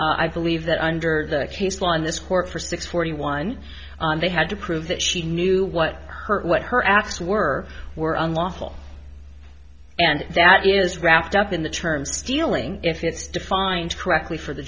i believe that under the case law in this court for six forty one they had to prove that she knew what her what her acts were were unlawful and that is wrapped up in the term stealing if it's defined correctly for the